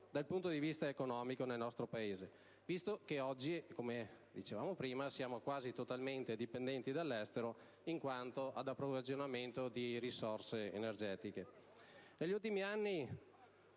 dal punto di vista economico nel nostro Paese, visto che oggi - come dicevo prima - siamo quasi totalmente dipendenti dall'estero in quanto ad approvvigionamento di risorse energetiche. Negli ultimi anni